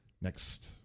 next